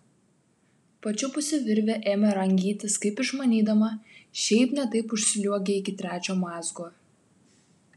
pačiupusi virvę ėmė rangytis kaip išmanydama šiaip ne taip užsliuogė iki trečio mazgo